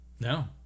No